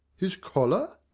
his choler?